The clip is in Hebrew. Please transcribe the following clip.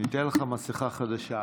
ניתן לך מסכה חדשה.